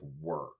work